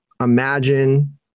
imagine